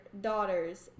daughters